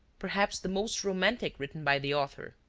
perhaps the most romantic written by the author.